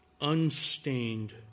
unstained